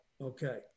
Okay